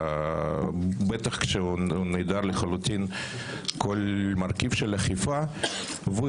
בטח כשהוא נעדר לחלוטין כל מרכיב של אכיפה והוא